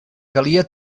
calia